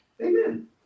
Amen